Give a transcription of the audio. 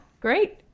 great